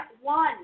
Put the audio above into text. one